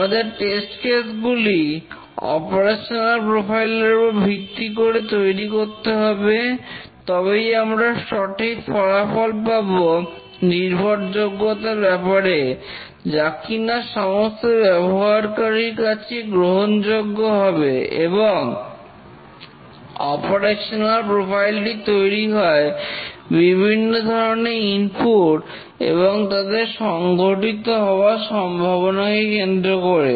আমাদের test case গুলি operational profile এর উপর ভিত্তি করে তৈরি করতে হবে তবেই আমরা সঠিক ফলাফল পাব নির্ভরযোগ্যতার ব্যাপারে যা কিনা সমস্ত ব্যবহারকারীর কাছেই গ্রহণযোগ্য হবে এবং অপারেশনাল প্রোফাইলটি তৈরি হয় বিভিন্ন ধরনের ইনপুট এবং তাদের সংঘটিত হবার সম্ভাবনাকে কেন্দ্র করে